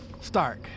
stark